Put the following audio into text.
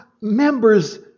Members